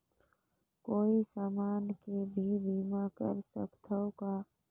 कोई समान के भी बीमा कर सकथव का?